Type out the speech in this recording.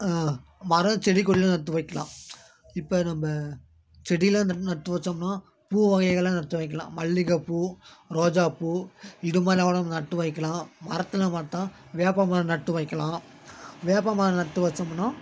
மரம் செடி கொடிலாம் நட்டு வைக்கலாம் இப்போ நம்ம செடிலாம் நல்லா நட்டு வைச்சோம்னா பூ வகைகள்லாம் நட்டு வைக்கலாம் மல்லிகப் பூ ரோஜாப் பூ இது மாதிரினா கூட நம்ம நட்டு வைக்கலாம் மரத்துலனு பார்த்தா வேப்ப மரம் நட்டு வைக்கலாம் வேப்ப மரம் நட்டு வச்சோமுன்னா